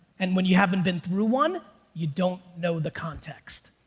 and when you haven't been through one, you don't know the context.